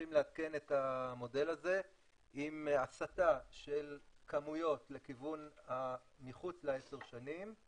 ממשיכים לעדכן את המודל הזה עם הסטה של כמויות לכיוון מחוץ לעשר השנים,